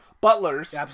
butlers